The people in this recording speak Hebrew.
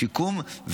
שיקום,